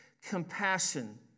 compassion